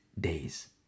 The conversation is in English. days